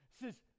says